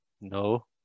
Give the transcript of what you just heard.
No